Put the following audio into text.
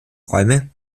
räume